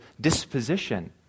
disposition